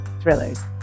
thrillers